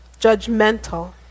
judgmental